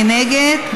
מי נגד?